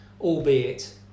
albeit